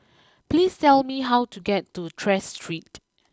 please tell me how to get to Tras Street